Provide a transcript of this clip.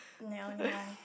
and the only one